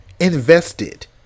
invested